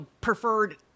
preferred